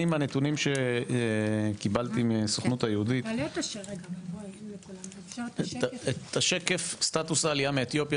מהנתונים שקיבלתי מהסוכנות היהודית: את השקף סטטוס העלייה מאתיופיה,